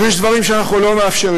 אבל יש דברים שאנחנו לא מאפשרים.